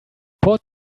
put